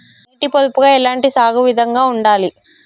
నీటి పొదుపుగా ఎలాంటి సాగు విధంగా ఉండాలి?